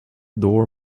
door